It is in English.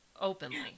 openly